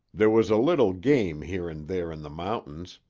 there was a little game here and there in the mountains,